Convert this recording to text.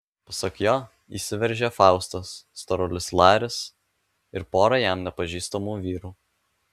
pasak jo įsiveržė faustas storulis laris ir pora jam nepažįstamų vyrų